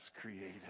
created